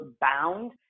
bound